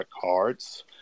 cards